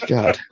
God